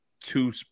two